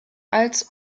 als